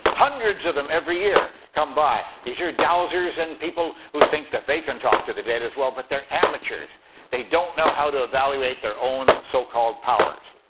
hundreds of them every year come by. these are dowsers and people who think that they can talk to the dead as well, but they're amateurs they don't know how to evaluate their own so-called powers.